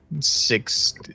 Six